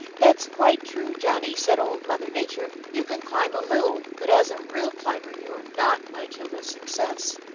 that's quite true, johnny, said old mother nature. you can climb a little, but as a real climber you are not much of a success.